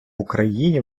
україні